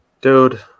Dude